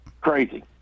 Crazy